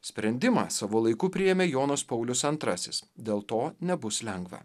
sprendimą savo laiku priėmė jonas paulius antrasis dėl to nebus lengva